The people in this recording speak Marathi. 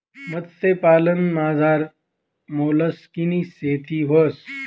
मत्स्यपालनमझार मोलस्कनी शेती व्हस